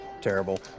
Terrible